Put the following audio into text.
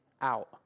out